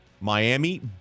Miami